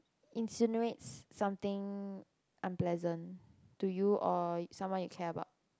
insinuates something unpleasant to you or someone you care about